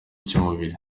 cy’umubiri